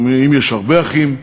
אם יש הרבה אחים,